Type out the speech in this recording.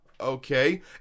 okay